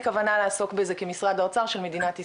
כוונה לעסוק בזה כמשרד האוצר של מדינת ישראל.